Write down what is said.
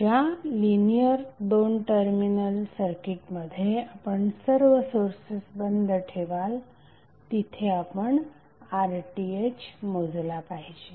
ज्या linear 2 terminal सर्किटमध्ये आपण सर्व सोर्सेस बंद ठेवाल तिथे आपण RTh मोजला पाहिजे